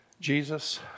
Jesus